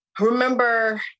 remember